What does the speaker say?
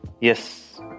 Yes